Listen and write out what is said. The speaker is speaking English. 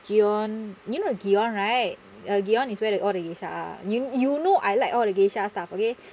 gion you know the gion right uh gion is where all the geisha are you you know I like all the geisha stuff okay